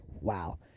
Wow